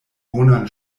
bonan